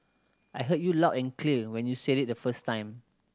I heard you loud and clear when you said it the first time